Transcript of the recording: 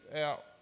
out